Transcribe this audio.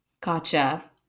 Gotcha